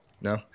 No